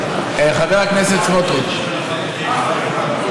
(תיקון, הגבלת שימוש בכרטיסי אשראי לסרבני גט),